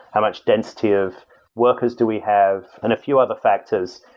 how much density of workers do we have, and a few other factors.